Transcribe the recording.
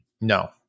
No